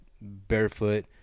barefoot